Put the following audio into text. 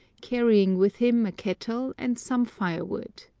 carrying with him a kettle and some firewood.